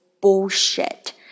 bullshit